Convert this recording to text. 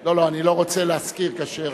לא לא, אני לא רוצה להזכיר כאשר,